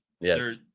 Yes